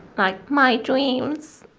like my dreams